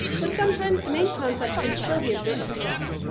but sometimes the main concept can still be a bit too broad.